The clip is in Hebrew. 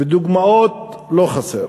ודוגמאות לא חסר.